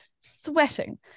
sweating